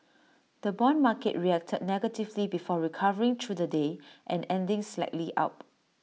the Bond market reacted negatively before recovering through the day and ending slightly up